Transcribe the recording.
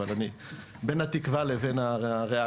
אבל אני בין התקווה לבין הריאלי.